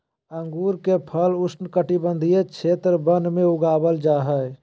अंगूर के फल उष्णकटिबंधीय क्षेत्र वन में उगाबल जा हइ